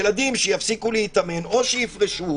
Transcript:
ילדים שיפסיקו להתאמן, או שיפרשו